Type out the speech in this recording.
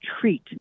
treat